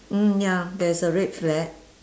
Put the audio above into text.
mm ya there's a red flag